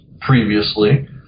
previously